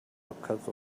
because